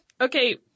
Okay